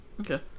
okay